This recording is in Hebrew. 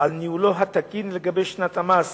על ניהולו התקין לגבי שנת המס